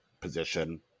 position